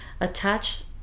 attach